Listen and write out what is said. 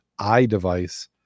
iDevice